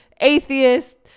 Atheist